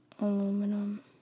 Aluminum